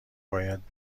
باید